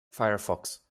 firefox